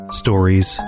stories